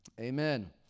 Amen